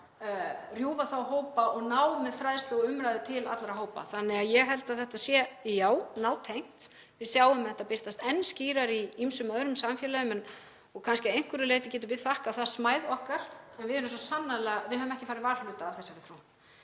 veginn þá hópa og ná með fræðslu og umræðu til allra hópa. Þannig að ég held að þetta sé, já, nátengt. Við sjáum þetta birtast enn skýrar í ýmsum öðrum samfélögum og kannski að einhverju leyti getum við þakkað það smæð okkar en við höfum ekki farið varhluta af þessari þróun.